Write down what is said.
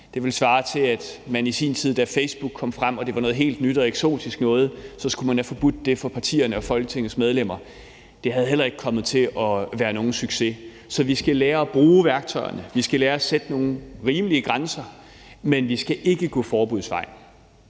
Det ville svare til, at man i sin tid, da Facebook kom frem og det var noget helt nyt og eksotisk noget, så skulle man have forbudt det for partierne og Folketingets medlemmer. Det ville heller ikke have været nogen succes. Så vi skal lære at bruge værktøjerne, vi skal lære at sætte nogle rimelige grænser, men vi skal ikke gå forbuddets